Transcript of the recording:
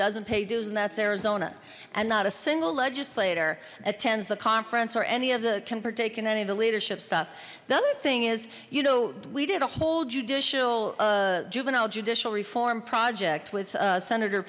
doesn't pay dues in that's arizona and not a single legislator that tends the conference or any of the kemper taken any of the leadership stuff the other thing is you know we did a whole judicial juvenile judicial reform project with senator